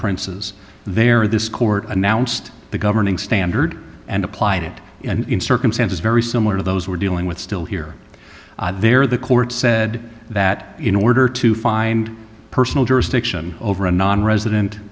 princes there this court announced the governing standard and applied it in circumstances very similar to those we're dealing with still here there the court said that in order to find personal jurisdiction over a nonresident